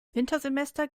wintersemester